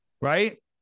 Right